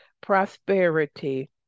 prosperity